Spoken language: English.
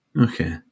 Okay